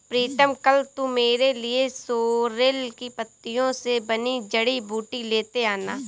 प्रीतम कल तू मेरे लिए सोरेल की पत्तियों से बनी जड़ी बूटी लेते आना